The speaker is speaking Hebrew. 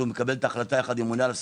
שמקבל את ההחלטה יחד עם הממונה על השכר.